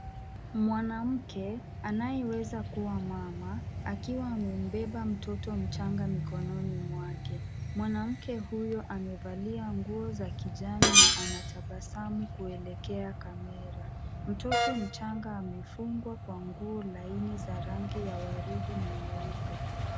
Mwanamke anayeweza kuwa mama akiwa amembeba mtoto mchanga mikononi mwake. Mwanamke huyo amevalia nguo za kijani na anatabasamu kuelekea kamera. Mtoto mchanga amefungwa kwa nguo laini za rangi ya waridi na nyeupe.